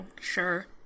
Sure